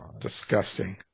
Disgusting